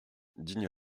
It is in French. digne